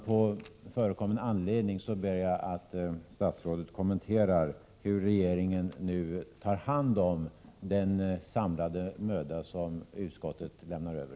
På förekommen anledning ber jag alltså statsrådet att kommentera hur regeringen tar hand om den samlade möda som utskottet nu lämnar över.